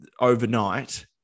overnight